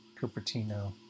Cupertino